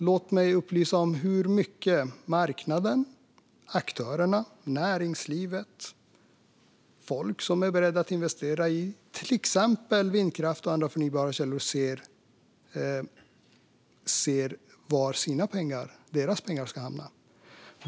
Låt mig upplysa om var marknaden, aktörerna, näringslivet och folk som är beredda att investera i till exempel vindkraft och andra förnybara källor anser att deras pengar ska hamna.